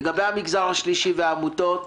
לגבי המגזר השלישי והעמותות